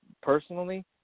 personally